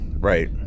Right